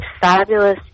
fabulous